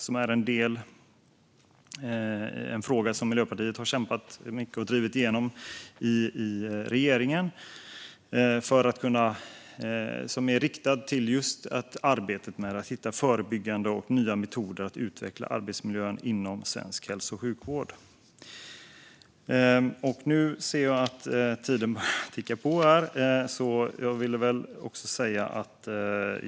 Det är något som Miljöpartiet har kämpat mycket för och drivit igenom i regeringen. Det är riktat just till arbetet med att hitta förebyggande och nya metoder för att utveckla arbetsmiljön inom svensk hälso och sjukvård. Nu ser jag att talartiden börjar ticka på.